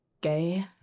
gay